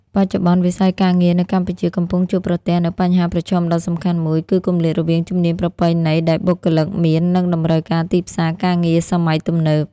បច្ចុប្បន្ន វិស័យការងារនៅកម្ពុជាកំពុងជួបប្រទះនូវបញ្ហាប្រឈមដ៏សំខាន់មួយ គឺគម្លាតរវាងជំនាញប្រពៃណីដែលបុគ្គលិកមាន និងតម្រូវការទីផ្សារការងារសម័យទំនើប។